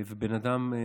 ובן אדם,